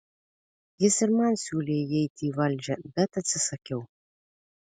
jis ir man siūlė įeiti į valdžią bet atsisakiau